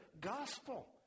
gospel